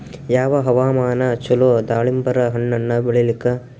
ಯಾವ ಹವಾಮಾನ ಚಲೋ ದಾಲಿಂಬರ ಹಣ್ಣನ್ನ ಬೆಳಿಲಿಕ?